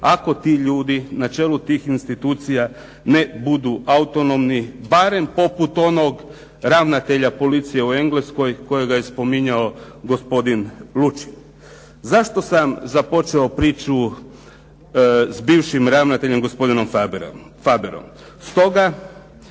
ako ti ljudi na čelu tih institucija ne budu autonomni, barem poput onog ravnatelja policije u Engleskoj kojega je spominjao gospodin Lučin. Zašto sam započeo priču s bivšim ravnateljom, gospodinom Faberom?